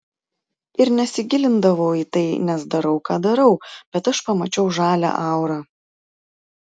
ir nesigilindavau į tai nes darau ką darau bet aš pamačiau žalią aurą